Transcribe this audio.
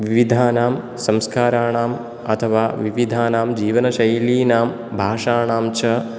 विविधानां संस्कारणां अथवा विविधानां जीवन शैलीनां भाषाणां च